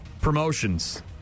Promotions